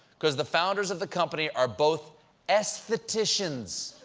because the founders of the company are both estheticians.